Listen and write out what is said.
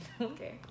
okay